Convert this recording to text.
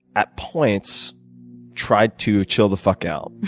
at points tried to chill the fuck out.